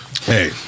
Hey